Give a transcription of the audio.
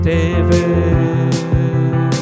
David